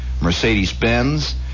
Mercedes-Benz